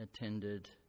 attended